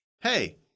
Hey